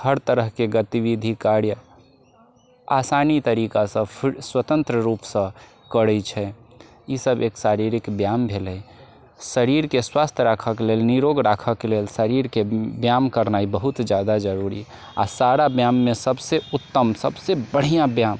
हर तरहके गतिविधि कार्य आसानी तरिकासँ फुल स्वतन्त्र रुपसँ करै छै ईसभ एक शारीरिक व्यायाम भेलै शरीरके स्वस्थ राखऽके लेल निरोग राखऽके लेल शरीरके व्यायाम करनाइ बहुत जादा जरुरी आ सारा व्यायाममे सबसँ उत्तम सभसँ बढ़िऑं व्यायाम